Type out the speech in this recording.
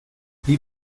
wie